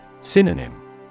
Synonym